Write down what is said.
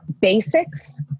basics